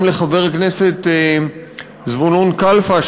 גם לחבר הכנסת זבולון קלפה,